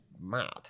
mad